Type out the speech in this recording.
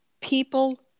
people